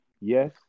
yes